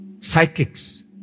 Psychics